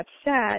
upset